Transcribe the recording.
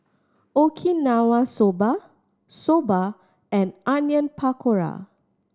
Okinawa Soba Soba and Onion Pakora